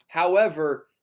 however,